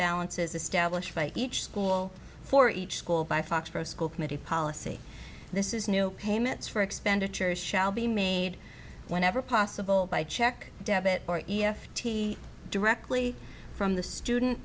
balances established by each school for each school by fox for a school committee policy this is new payments for expenditures shall be made whenever possible by check debit or e f t directly from the student